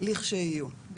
לכשיהיו.